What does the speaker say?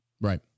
Right